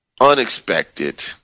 unexpected